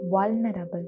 vulnerable